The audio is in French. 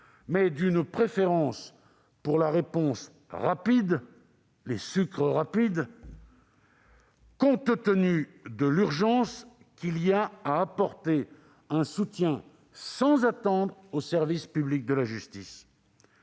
mais d'opter pour une réponse rapide- les « sucres rapides » -compte tenu de l'urgence qu'il y a à apporter un soutien immédiat au service public de la justice.